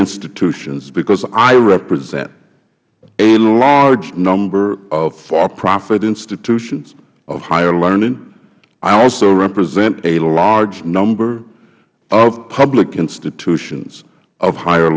institutions because i represent a large number of for profit institutions of higher learning i also represent a large number of public institutions of higher